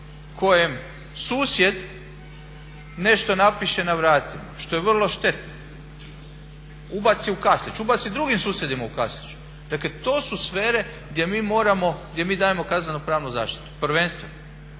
kojem susjed nešto napiše na vratim što je vrlo štetno, ubaci u kaslić, ubaci drugim susjedima u kaslić. Dakle to su sfere gdje mi moramo, gdje mi dajemo kazneno pravnu zaštitu prvenstveno